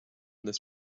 this